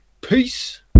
Peace